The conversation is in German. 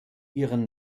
ihren